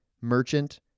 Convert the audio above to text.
merchant